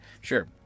sure